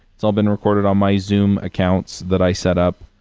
it's all been recorded on my zoom accounts that i set up.